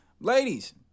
Ladies